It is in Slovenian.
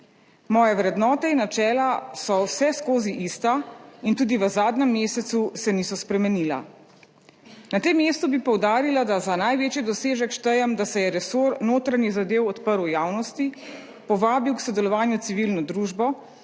Moje vrednote in načela so vseskozi isti in tudi v zadnjem mesecu se niso spremenili. Na tem mestu bi poudarila, da za največji dosežek štejem, da se je resor notranjih zadev odprl javnosti, povabil k sodelovanju civilno družbo,